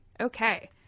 Okay